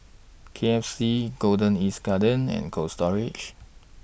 K F C Golden East Garden and Cold Storage